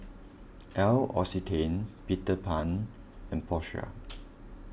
L'Occitane Peter Pan and Porsche